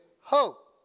hope